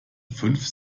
fünf